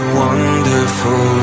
wonderful